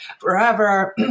forever